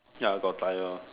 ya got tired lor